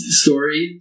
story